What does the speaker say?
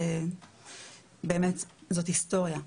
באמת זאת היסטוריה.